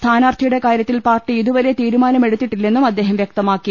സ്ഥാനാർത്ഥിയുടെ കാര്യത്തിൽ പാർട്ടി ഇതുവരെ തീരുമാനമെടുത്തിട്ടില്ലെന്നും അദ്ദേഹം വൃക്തമാ ക്കി